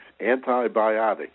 antibiotic